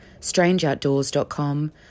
strangeoutdoors.com